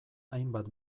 hainbat